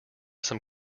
some